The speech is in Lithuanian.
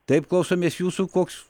taip klausomės jūsų koks